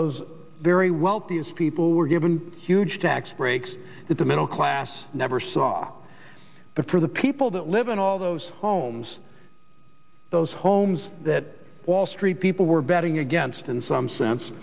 those very wealthiest people were given huge tax breaks that the middle class never saw the for the people that live in all those homes those homes that wall street people were betting against in some sense